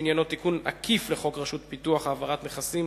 שעניינו תיקון עקיף לחוק רשות פיתוח (העברת נכסים),